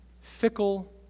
fickle